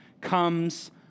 comes